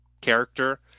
character